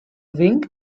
wink